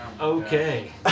Okay